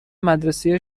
مدرسه